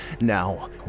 now